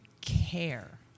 care